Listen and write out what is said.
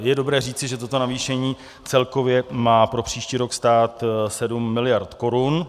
Je dobré říci, že toto navýšení celkově má pro příští rok stát 7 miliard korun.